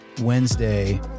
wednesday